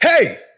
Hey